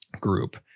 group